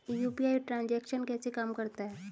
UPI transaction कैसे काम करता है?